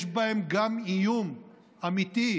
יש בהן גם איום אמיתי,